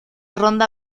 ronda